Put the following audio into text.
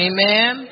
Amen